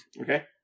okay